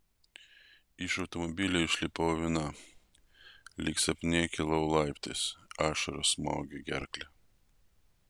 iš automobilio išlipau viena lyg sapne kilau laiptais ašaros smaugė gerklę